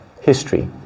history